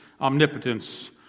omnipotence